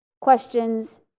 questions